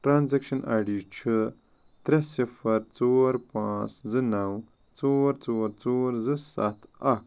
transaction I D چھُ ترٛےٚ صفر ژور پانٛژھ زٕ نَو ژور ژور ژور زٕ ستھ اکھ